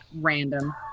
random